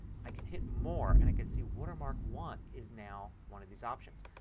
i can hit more and i can see watermark one is now one of these options.